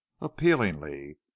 appealingly